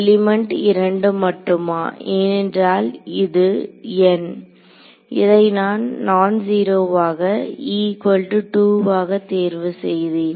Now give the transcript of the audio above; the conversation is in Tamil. எலிமெண்ட் 2 மட்டுமா ஏனென்றால் இது N இதை நான் நான் ஜீரோவாக e2 வாக தேர்வு செய்தேன்